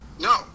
No